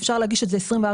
אפשר להגיש את זה 24/7,